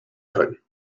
können